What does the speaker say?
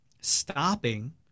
stopping